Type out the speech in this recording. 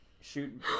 shoot